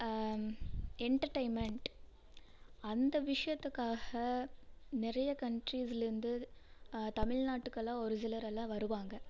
entertainment அந்த விஷயத்துக்காக நிறைய கண்ட்ரீஸ்லேருந்து தமிழ்நாட்டுக்கெலாம் ஒரு சிலர் எல்லாம் வருவாங்க